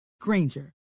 Granger